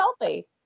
healthy